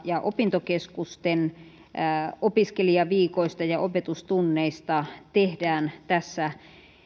ja opintokeskusten opiskelijaviikoista ja opetustunneista tehdään tässä